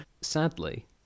Sadly